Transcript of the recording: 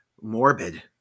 Morbid